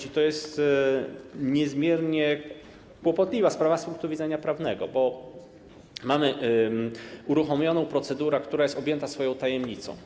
I to jest niezmiernie kłopotliwa sprawa z punktu widzenia prawnego, bo mamy uruchomioną procedurę, która jest objęta tajemnicą.